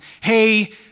hey